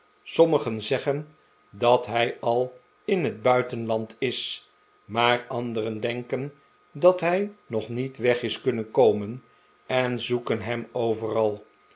sommigen zeggen dat hij al in het buitenland is maar anderen denken dat hij nog niet weg is kunnen komen en zoeken hem overal